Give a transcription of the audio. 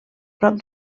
prop